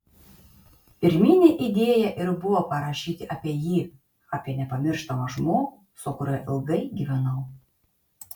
pirminė idėja ir buvo parašyti apie jį apie nepamirštamą žmogų su kuriuo ilgai gyvenau